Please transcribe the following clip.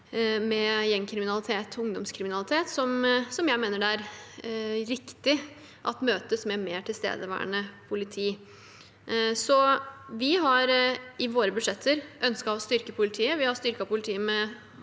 mar. – Referat 2023 mener det er riktig at møtes med mer tilstedeværende politi. Vi har i våre budsjetter ønsket å styrke politiet. Vi har styrket politiet med